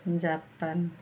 Japan